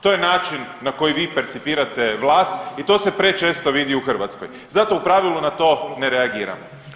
To je način na koji vi percipirate vlast i to se prečesto vidi u Hrvatskoj zato u pravilu na to ne reagiramo.